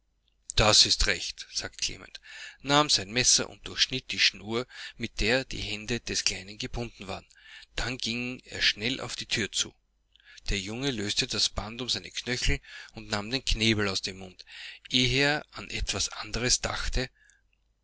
das ist recht sagte klement nahm sein messer und durchschnitt die schnur mitderdiehändedeskleinengebundenwaren danngingerschnell aufdietürzu der junge löste das band um seine knöchel und nahm den knebel aus dem munde ehe er an etwas anderes dachte